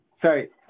Sorry